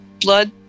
blood